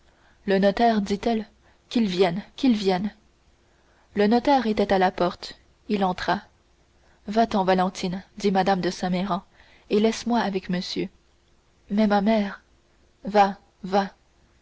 le notaire dit-elle qu'il vienne qu'il vienne le notaire était à la porte il entra va-t'en valentine dit mme de saint méran et laisse-moi avec monsieur mais ma mère va va